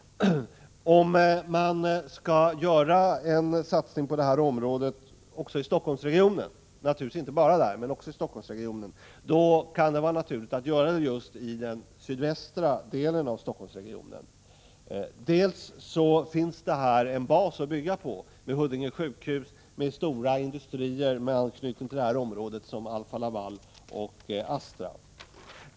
Om man skall göra en satsning på detta område också i Stockholmsregionen, men naturligtvis inte bara där, kan det vara naturligt att göra denna 101 satsning i den sydvästra delen av Stockholmsregionen. Dels finns det där en bas att bygga på - Huddinge sjukhus och stora industrier med anknytning till detta område, t.ex. Alfa-Laval och Astra.